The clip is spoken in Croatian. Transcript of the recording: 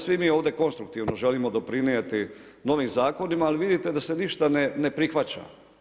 Svi mi ovdje konstruktivno želimo doprinijeti novim zakonima, ali vidite da se ništa ne prihvaća.